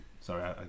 Sorry